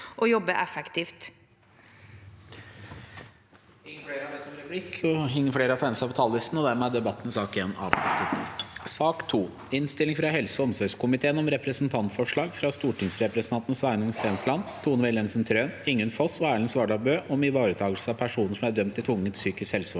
å jobbe effektivt.